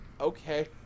Okay